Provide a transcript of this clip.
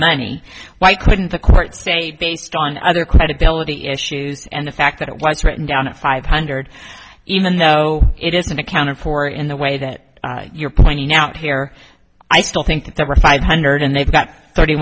money why couldn't the court state based on other credibility issues and the fact that it was written down at five hundred even though it isn't accounted for in the way that you're pointing out here i still think that there are five hundred and they've got thirty